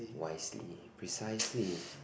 wisely precisely